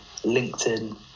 LinkedIn